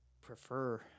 prefer